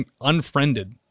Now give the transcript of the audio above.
unfriended